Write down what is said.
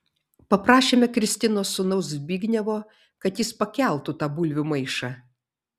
paprašėme kristinos sūnaus zbignevo kad jis pakeltų tą bulvių maišą